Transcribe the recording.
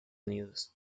unidos